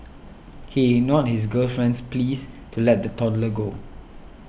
he ignored his girlfriend's pleas to let the toddler go